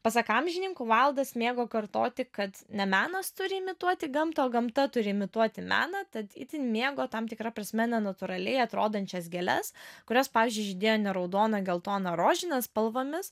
pasak amžininkų vaildas mėgo kartoti kad ne menas turi imituoti gamtą o gamta turi imituoti meną tad itin mėgo tam tikra prasme nenatūraliai atrodančias gėles kurios pavyzdžiui žydėjo ne raudona geltona rožine spalvomis